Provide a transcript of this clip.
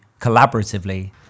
collaboratively